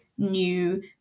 new